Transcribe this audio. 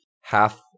half